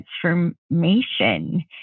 transformation